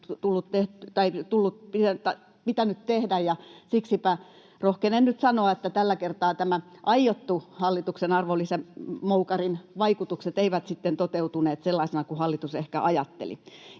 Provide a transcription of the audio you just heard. siksipä rohkenen nyt sanoa, että tällä kertaa nämä aiotut hallituksen arvonlisäveromoukarin vaikutukset eivät sitten toteutuneet sellaisina, kuin hallitus ehkä ajatteli.